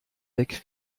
weg